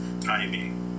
timing